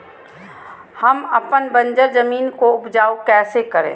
हम अपन बंजर जमीन को उपजाउ कैसे करे?